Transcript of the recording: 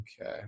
okay